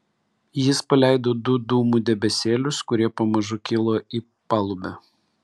jis paleido du dūmų debesėlius kurie pamažu kilo į palubę